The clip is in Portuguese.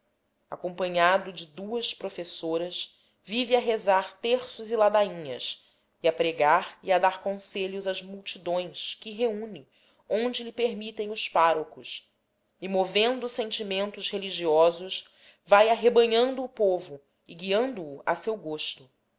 acompanhado de duas professas vive a rezar terços e ladainhas e a pregar e a dar conselhos às multidões que reúne onde lhe permitem os párocos e movendo sentimentos religiosos vai arrebanhando o povo e guiando o a seu gosto